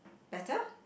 better